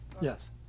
yes